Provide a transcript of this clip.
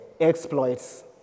exploits